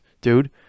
dude